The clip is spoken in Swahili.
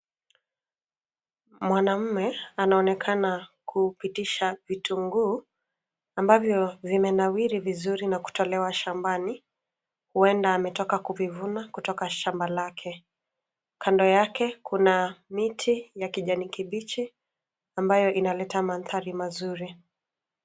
Mwanamme anaonekana kupitisha vitunguu, ambavyo, vimenawiri vizuri na kutolewa shambani, huenda ametoka kuvivuna kutoka shamba lake. Kando yake, kuna miti ya kijani kibichi, ambayo inaleta mandhari mazuri.